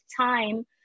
time